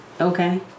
okay